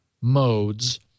modes